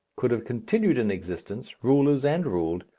could have continued in existence, rulers and ruled,